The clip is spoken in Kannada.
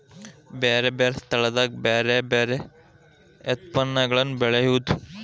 ಬ್ಯಾರೆ ಬ್ಯಾರೆ ಸ್ಥಳದಾಗ ಬ್ಯಾರೆ ಬ್ಯಾರೆ ಯತ್ಪನ್ನಗಳನ್ನ ಬೆಳೆಯುದು